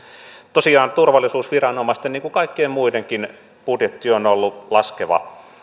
tosiaan turvallisuusviranomaisten niin kuin kaikkien muidenkin budjetti on ollut laskeva